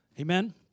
Amen